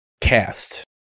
Cast